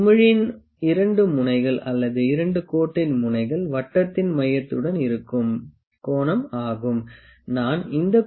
குமிழின் 2 முனைகள் அல்லது 2 கோட்டின் முனைகள் வட்டத்தின் மையத்துடன் இருக்கும் கோணம் ஆகும்